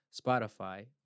Spotify